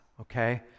okay